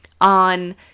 on